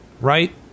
right